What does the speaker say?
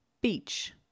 Beach